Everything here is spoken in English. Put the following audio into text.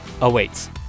awaits